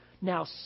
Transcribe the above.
Now